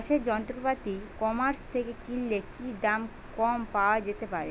চাষের যন্ত্রপাতি e commerce থেকে কিনলে কি দাম কম পাওয়া যেতে পারে?